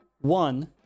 One